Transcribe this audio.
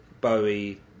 Bowie